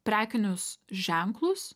prekinius ženklus